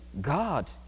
God